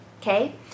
Okay